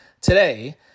today